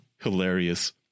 hilarious